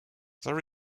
there